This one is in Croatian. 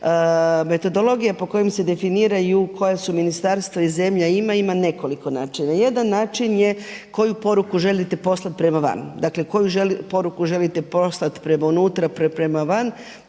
metodologije po kojem se definiraju koja su ministarstva i zemlje, ima nekoliko načina. Jedan način je koju poruku želite poslati prema van. Dakle, koju poruku želite poslati prema unutra, prema van,